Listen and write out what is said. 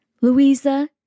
Louisa